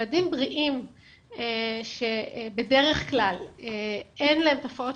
ילדים בריאים שבדרך כלל אין להם תופעות